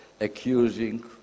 accusing